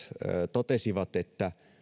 totesivat että